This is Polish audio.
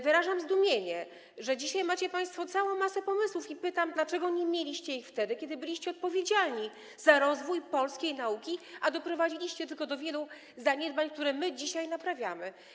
Wyrażam zdumienie, że dzisiaj macie państwo całą masę pomysłów, i pytam, dlaczego nie mieliście ich wtedy, kiedy byliście odpowiedzialni za rozwój polskiej nauki, a doprowadziliście tylko do wielu zaniedbań, które my dzisiaj naprawiamy.